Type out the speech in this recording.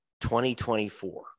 2024